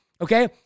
okay